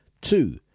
Two